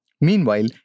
Meanwhile